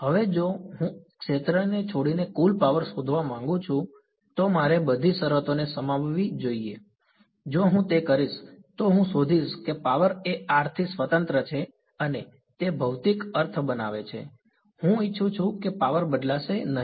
હવે જો હું ક્ષેત્રને છોડીને કુલ પાવર શોધવા માંગુ છું તો મારે બધી શરતોને સમાવવી જોઈએ જો હું તે કરીશ તો હું શોધીશ કે પાવર એથી સ્વતંત્ર છે અને તે ભૌતિક અર્થ બનાવે છે હું ઇચ્છું છું કે પાવર બદલાશે નહીં